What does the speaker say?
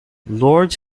lord